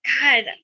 God